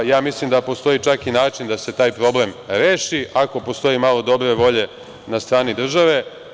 Ja mislim da postoji čak i način da se taj problem reši, ako postoji malo dobre volje na strani države.